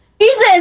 Jesus